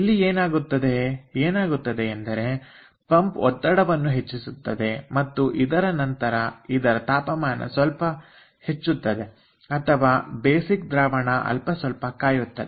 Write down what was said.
ಇಲ್ಲಿ ಏನಾಗುತ್ತದೆ ಏನಾಗುತ್ತದೆ ಎಂದರೆ ಪಂಪ್ ಒತ್ತಡವನ್ನು ಹೆಚ್ಚಿಸುತ್ತದೆ ಮತ್ತು ಇದರ ನಂತರ ಇದರ ತಾಪಮಾನ ಸ್ವಲ್ಪ ಹೆಚ್ಚುತ್ತದೆ ಅಥವಾ ಬೇಸಿಕ್ ದ್ರಾವಣ ಅಲ್ಪಸ್ವಲ್ಪ ಕಾಯುತ್ತದೆ